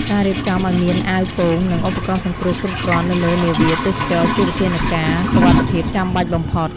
ការរៀបចំឱ្យមានអាវពោង និងឧបករណ៍សង្គ្រោះគ្រប់គ្រាន់នៅលើនាវាទេសចរណ៍ជាវិធានការសុវត្ថិភាពចាំបាច់បំផុត។